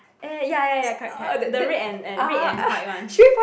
eh ya ya ya correct correct the red and and red and white one